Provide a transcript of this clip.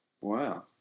Wow